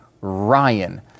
Ryan